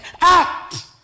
act